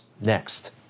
Next